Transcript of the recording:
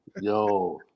Yo